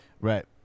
Right